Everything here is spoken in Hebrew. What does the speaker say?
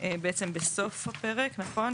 בעצם בסוף הפרק, נכון?